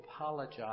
apologize